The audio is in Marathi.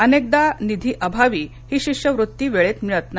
अनेकदा निधीअभावी ही शिष्यवृत्ती वेळेत मिळत नाही